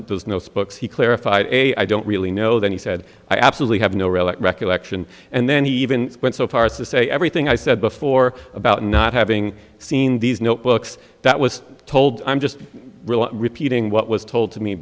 notes books he clarified a i don't really know that he said i absolutely have no relic recollection and then he even went so far as to say everything i said before about not having seen these notebooks that was told i'm just repeating what was told to me